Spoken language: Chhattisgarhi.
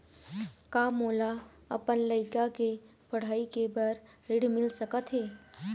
का मोला अपन लइका के पढ़ई के बर ऋण मिल सकत हे?